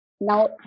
now